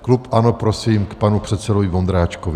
Klub ANO prosím k panu předsedovi Vondráčkovi.